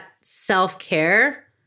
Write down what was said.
self-care